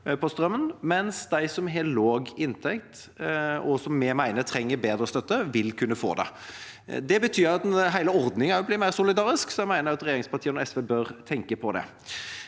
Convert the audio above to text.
mens de som har lav inntekt, og som vi mener trenger bedre støtte, vil kunne få det. Det betyr at hele ordningen blir mer solidarisk, så jeg mener regjeringspartiene og SV bør tenke på det.